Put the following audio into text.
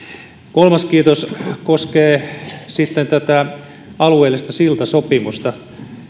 kolmas kiitos koskee sitten alueellista siltasopimusta